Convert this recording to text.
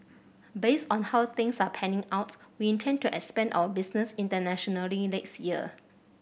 based on how things are panning out we intend to expand our business internationally next year